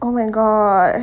oh my god